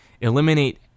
Eliminate